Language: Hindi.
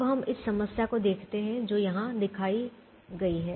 अब हम एक समस्या को देखते हैं जो यहाँ दिखाई गई है